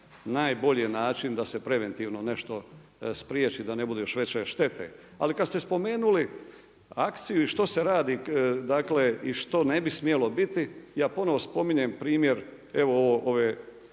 najbolji je način da se preventivno nešto spriječi da ne bude još veće štete, ali kad ste spomenuli akciju i što se radi i što ne bi smjelo biti, ja ponovno spominjem primjer, ove